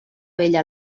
vella